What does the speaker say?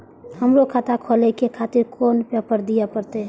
हमरो खाता खोले के खातिर कोन पेपर दीये परतें?